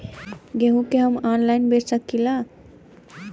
गेहूँ के हम ऑनलाइन बेंच सकी ला?